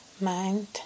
mind